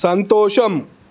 సంతోషం